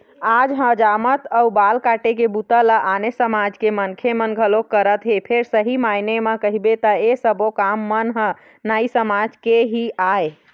आज हजामत अउ बाल काटे के बूता ल आने समाज के मनखे घलोक करत हे फेर सही मायने म कहिबे त ऐ सब्बो काम मन ह नाई समाज के ही आय